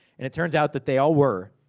and it turns out, that they all were.